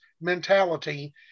mentality